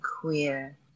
queer